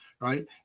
right